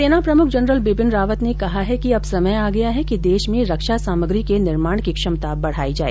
सेना प्रमुख जनरल बिपिन रावत ने कहा है कि अब समय आ गया है कि देश में रक्षा सामग्री के निर्माण की क्षमता बढ़ाई जाए